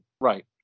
Right